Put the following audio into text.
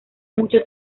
mucho